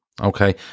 Okay